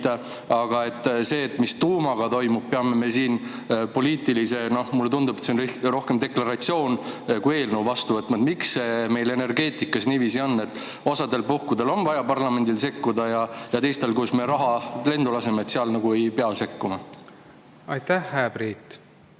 aga selle, mis tuumaga toimub, peame me siin poliitilise otsusena – mulle tundub, et see on rohkem deklaratsioon kui eelnõu – vastu võtma? Miks see meil energeetikas niiviisi on, et osal puhkudel on vaja parlamendil sekkuda ja teistel, kus me raha lendu laseme, nagu ei pea sekkuma? Aitäh! Austatud